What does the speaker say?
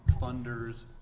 funders